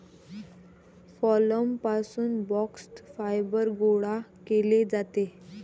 phloem पासून bast fibre गोळा केले जाते